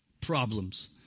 Problems